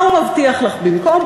מה הוא מבטיח לך במקום?